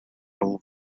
flung